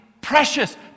precious